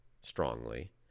strongly